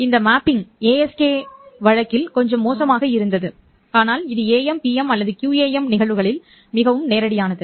இந்த mapping ASK வழக்கில் கொஞ்சம் மோசமாக இருந்தது ஆனால் இது AM PM அல்லது QAM நிகழ்வுகளில் மிகவும் நேரடியானது